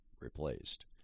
replaced